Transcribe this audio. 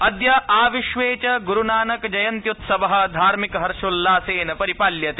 अद्य आविश्वे च गुरु नानक जयन्त्युत्सवः धार्मिक हर्षोल्लासेन परिपाल्यते